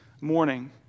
morning